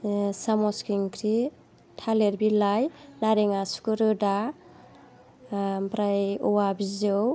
साम' केंक्रि थालिर बिलाइ नारें आसुगुर रोदा ओमफ्राय औवा बिजौ